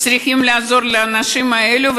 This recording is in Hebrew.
אנחנו צריכים לעזור לאנשים האלה,